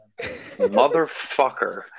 Motherfucker